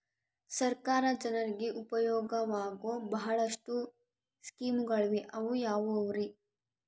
ಸರ್ಕಾರ ಜನರಿಗೆ ಉಪಯೋಗವಾಗೋ ಬಹಳಷ್ಟು ಸ್ಕೇಮುಗಳಿವೆ ಅವು ಯಾವ್ಯಾವ್ರಿ?